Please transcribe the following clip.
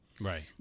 Right